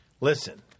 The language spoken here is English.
Listen